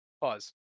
Pause